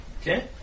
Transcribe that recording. Okay